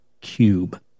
cube